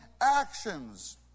actions